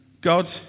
God